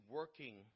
working